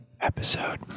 Episode